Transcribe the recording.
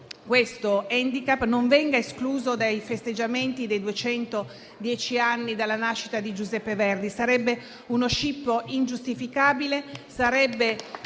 questo *handicap*, non venga escluso dai festeggiamenti per i duecentodieci anni dalla nascita di Giuseppe Verdi. Sarebbe uno scippo ingiustificabile